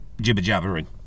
jibber-jabbering